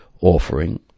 offering